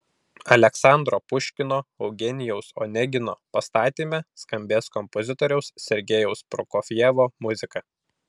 aleksandro puškino eugenijaus onegino pastatyme skambės kompozitoriaus sergejaus prokofjevo muzika